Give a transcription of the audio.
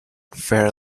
fair